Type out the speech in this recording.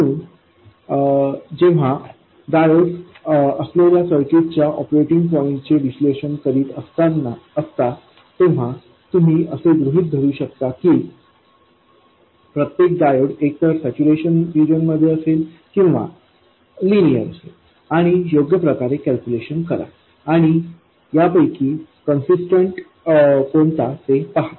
म्हणून जेव्हा डायोड्स असलेल्या सर्किटच्या ऑपरेटिंग पॉईंटचे विश्लेषण करीत असता तेव्हा तुम्ही असे गृहित धरू शकता की प्रत्येक डायोड एक तर सॅच्युरेशन रिजन मध्ये असेल किंवा लिनियर असेल आणि योग्य प्रकारे कॅल्क्युलेशन करा आणि यापैकी कन्सिस्टन्ट कोणता ते पहा